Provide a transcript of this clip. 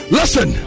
listen